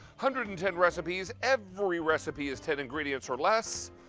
hundred and ten recipes, every recipe is ten ingredients or less,